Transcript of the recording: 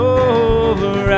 over